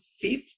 fifth